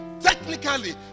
Technically